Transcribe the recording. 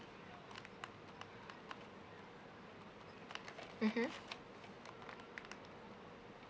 mmhmm